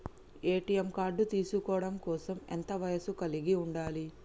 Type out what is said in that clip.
ATM card తీసుకోవడం కోసం ఎంత వయస్సు కలిగి ఉండాలి?